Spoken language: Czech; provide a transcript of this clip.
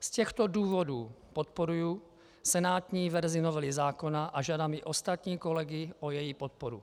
Z těchto důvodů podporuji senátní verzi novely zákona a žádám i ostatní kolegy o její podporu.